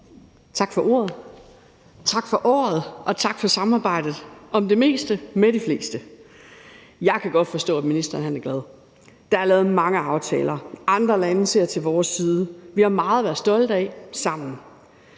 Tak for ordet, tak for året, og tak for samarbejdet om det meste med de fleste. Jeg kan godt forstå, at ministeren er glad. Der er lavet mange aftaler; andre lande ser til vores side; vi har meget at være stolte af – sammen.